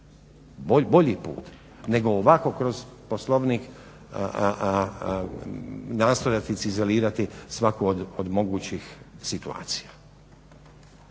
bolji put nego ovako kroz Poslovnik nastavljati izolirati svaku od mogućih situacija.